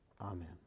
Amen